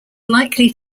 likely